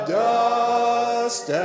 dust